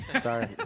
Sorry